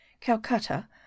calcutta